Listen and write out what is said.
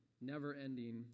never-ending